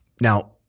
Now